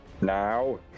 Now